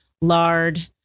lard